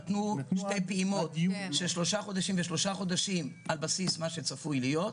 נתנו שתי פעימות של שלושה חודשים ושלושה חודשים על בסיס מה שצפוי להיות.